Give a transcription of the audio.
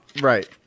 Right